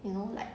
you know like